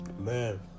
Man